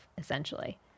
essentially